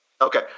Okay